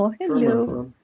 hello.